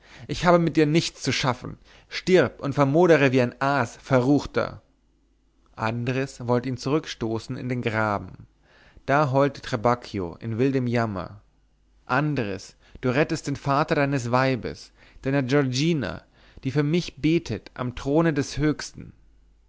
ich habe mit dir nichts zu schaffen stirb und vermodere wie ein aas verruchter andres wollte ihn zurückstoßen in den graben da heulte trabacchio in wildem jammer andres du rettest den vater deines weibes deiner giorgina die für mich betet am throne des höchsten